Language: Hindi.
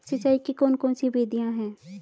सिंचाई की कौन कौन सी विधियां हैं?